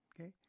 okay